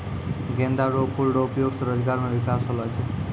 गेंदा रो फूल रो उपयोग से रोजगार मे बिकास होलो छै